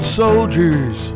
soldiers